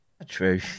true